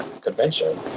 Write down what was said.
convention